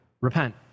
repent